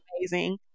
amazing